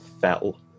fell